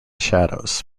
shadows